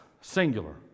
singular